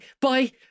bye